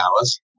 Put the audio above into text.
hours